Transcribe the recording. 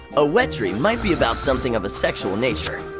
a wet dream might be about something of a sexual nature,